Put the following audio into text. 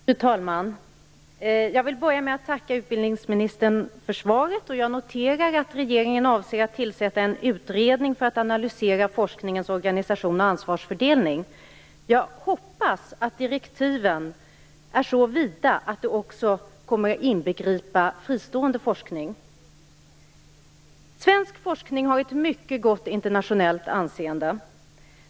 Fru talman! Jag vill börja med att tacka utbildningsministern för svaret. Jag noterar att regeringen avser att tillsätta en utredning för att analysera forskningens organisation och ansvarsfördelning. Jag hoppas att direktiven är så vida att de också kommer att inbegripa fristående forskning. Svensk forskning har ett mycket gott internationellt anseende.